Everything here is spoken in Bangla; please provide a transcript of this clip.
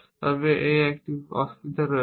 তবে এর একটি অসুবিধা রয়েছে